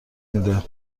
میده